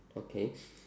okay